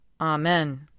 Amen